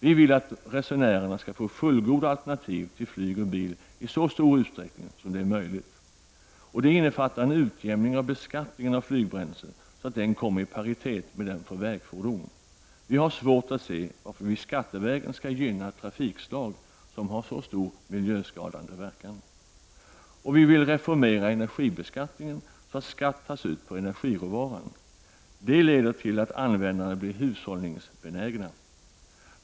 Vi vill att resenärerna skall få fullgoda alternativ till flyg och bil i så stor utsträckning som möjligt. Det innefattar en utjämning av beskattningen av flygbränslen så att den kommer i paritet med den för vägfordon. Vi har svårt att se varför vi skattevägen skall gynna ett trafikslag som har så stor miljöskadande verkan. Vi vill vidare reformera energibeskattningen så att skatt tas ut på energiråvaran. Det leder till att användarna blir hushållningsbenägna.